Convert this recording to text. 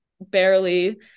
barely